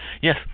yes